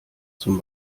zum